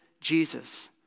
Jesus